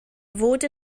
fod